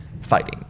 fighting